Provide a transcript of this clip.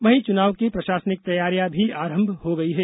वहीं चूनाव की प्रशासनिक तैयारियां भी आरंभ हो गई हैं